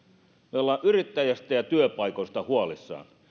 me olemme yrittäjästä ja työpaikoista huolissamme